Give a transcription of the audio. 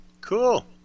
Cool